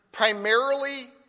Primarily